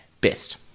best